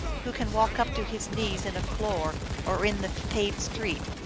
who can walk up to his knees in a floor or in the paved street,